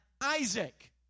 Isaac